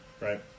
Right